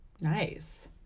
nice